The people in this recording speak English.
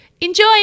Enjoy